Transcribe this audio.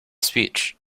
speech